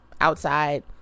outside